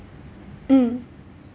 mm